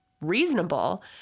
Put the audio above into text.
reasonable